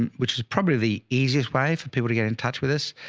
and which is probably the easiest way for people to get in touch with us.